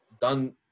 done